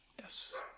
Yes